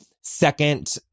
second